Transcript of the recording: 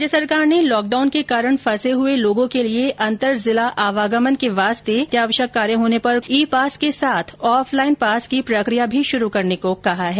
राज्य सरकार ने लॉकडाउन के कारण फंसे हुए लोगों के लिए अंतरजिला आवागमन के वास्ते अतिआवश्यक काम होने पर ई पास के साथ ऑफलाईन पास की प्रक्रिया भी शुरू करने को कहा है